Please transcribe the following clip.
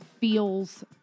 feels